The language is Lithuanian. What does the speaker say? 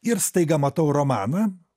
ir staiga matau romaną